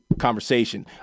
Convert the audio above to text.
conversation